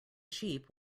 sheep